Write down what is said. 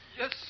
Yes